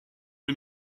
une